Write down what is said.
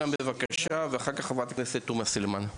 בבקשה ואחר כך חברת הכנסת תומא סלימאן.